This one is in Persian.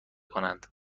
کنند